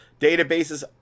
databases